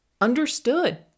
understood